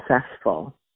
successful